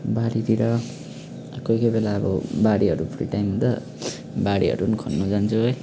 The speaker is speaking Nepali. बारीतिर कोही कोही बेला अब बारीहरू फ्री टाइम हुँदा बारीहरू खन्नु जान्छु है